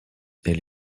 elle